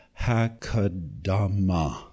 Hakadama